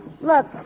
Look